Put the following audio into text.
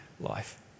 life